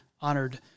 honored